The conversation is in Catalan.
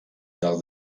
del